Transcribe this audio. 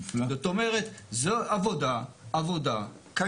זאת אומרת זו עבודה קשה.